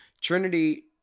Trinity